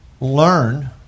learn